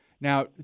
Now